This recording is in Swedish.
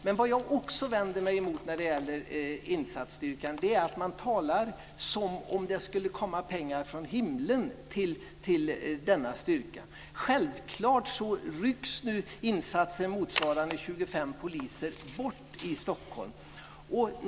Men vad jag också vänder mig emot när det gäller insatsstyrkan är att man talar som att det skulle komma pengar från himlen till denna styrka. Nu rycks insatser motsvarande 25 poliser bort i Stockholm.